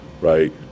right